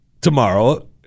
tomorrow